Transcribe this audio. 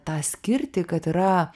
tą skirtį kad yra